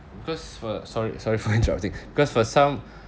because for sorry sorry for interrupting because for some